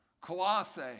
Colossae